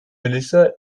melissa